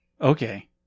Okay